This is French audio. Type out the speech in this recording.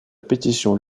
pétition